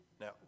Now